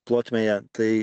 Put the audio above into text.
plotmėje tai